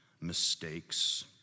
mistakes